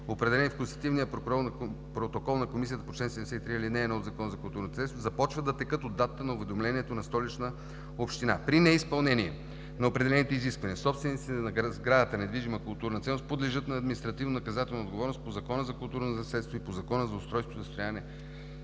определени в констативния протокол на Комисията по чл. 73, ал. 1 от Закона за културното наследство, започват да текат от датата на уведомлението на Столична община. При неизпълнение на определените изисквания собствениците на сградата – недвижима културна ценност, подлежат на административнонаказателна отговорност по Закона за културното наследство и по Закона за устройственото застрояване